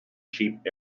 cheap